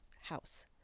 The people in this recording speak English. house